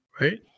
right